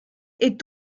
est